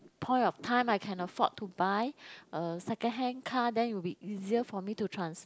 point of time I can afford to buy uh second hand car then would be easier for me to trans~